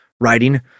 Writing